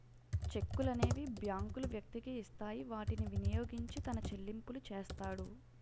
చెక్కులనేవి బ్యాంకులు వ్యక్తికి ఇస్తాయి వాటిని వినియోగించి తన చెల్లింపులు చేస్తాడు